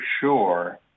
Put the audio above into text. sure